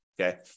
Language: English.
okay